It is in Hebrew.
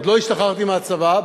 עוד לא השתחררתי מהצבא,